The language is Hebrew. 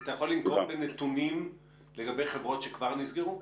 אתה יכול לנקוב בנתונים לגבי חברות שכבר נסגרו?